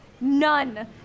None